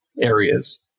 areas